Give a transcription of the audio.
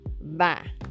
Bye